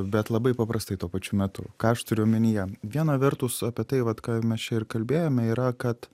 bet labai paprastai tuo pačiu metu ką aš turiu omenyje viena vertus apie tai vat ką mes čia ir kalbėjome yra kad